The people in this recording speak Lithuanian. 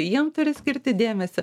jiem turi skirti dėmesio